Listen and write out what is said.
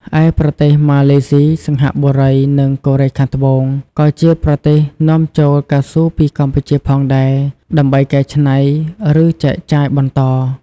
ឯប្រទេសម៉ាឡេស៊ី សិង្ហបុរី និងកូរ៉េខាងត្បូង ក៏ជាប្រទេសនាំចូលកៅស៊ូពីកម្ពុជាផងដែរ ដើម្បីកែច្នៃ ឬចែកចាយបន្ត។